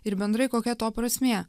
ir bendrai kokia to prasmė